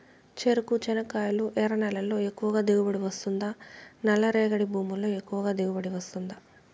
చెరకు, చెనక్కాయలు ఎర్ర నేలల్లో ఎక్కువగా దిగుబడి వస్తుందా నల్ల రేగడి భూముల్లో ఎక్కువగా దిగుబడి వస్తుందా